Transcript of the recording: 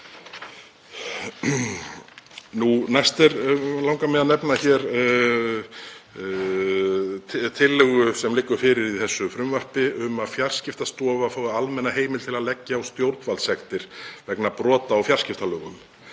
Næst langar mig að nefna hér tillögu sem liggur fyrir í þessu frumvarpi um að Fjarskiptastofa fái almenna heimild til að leggja á stjórnvaldssektir vegna brota á fjarskiptalögum.